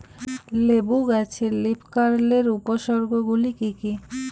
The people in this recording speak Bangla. লেবু গাছে লীফকার্লের উপসর্গ গুলি কি কী?